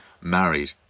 married